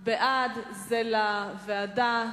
בעד, לוועדה.